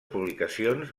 publicacions